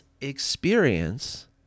experience